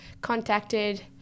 contacted